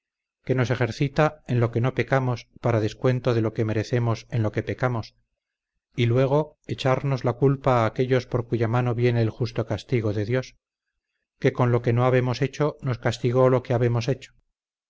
que nos ejercita en lo que no pecamos para descuento de lo que merecemos en lo que pecamos y luego echarnos la culpa a aquellos por cuya mano viene el justo castigo de dios que con lo que no habemos hecho nos castigó lo que habemos hecho